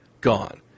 gone